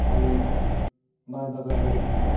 ᱵᱟᱭ ᱵᱟᱭ ᱵᱟᱜᱟᱣ ᱫᱟᱲᱮᱜ ᱠᱟᱱᱟ